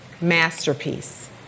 masterpiece